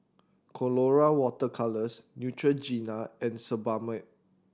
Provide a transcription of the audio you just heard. Colora Water Colours Neutrogena and Sebamed